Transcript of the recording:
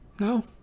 No